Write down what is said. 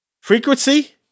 Frequency